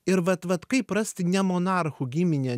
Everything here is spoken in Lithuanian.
ir vat vat kaip rasti ne monarchų giminę